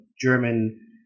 German